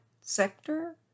sector